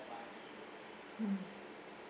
mm